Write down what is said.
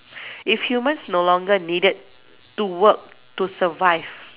if humans no longer needed to work to survive